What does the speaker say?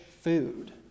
food